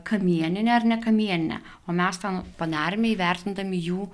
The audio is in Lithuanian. kamieninė ar nekamieninė o mes ten padarėme įvertindami jų